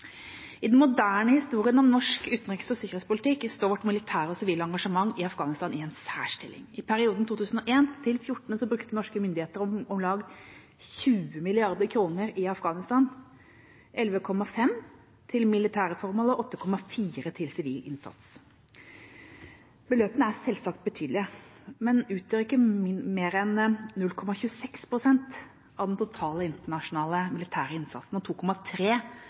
I den moderne historien om norsk utenriks- og sikkerhetspolitikk står vårt militære og sivile engasjement i Afghanistan i en særstilling. I perioden 2001–2014 brukte norske myndigheter om lag 20 mrd. kr i Afghanistan – 11,5 mrd. kr til militære formål og 8,4 mrd. kr til sivil innsats. Beløpene er selvsagt betydelige, men utgjør ikke mer enn 0,26 pst. av den totale internasjonale militære innsatsen og 2,3